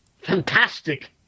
fantastic